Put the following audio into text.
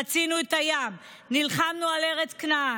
חצינו את הים ונלחמנו על ארץ כנען,